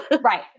Right